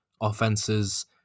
offenses